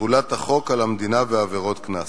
תחולת החוק על המדינה ועבירות קנס.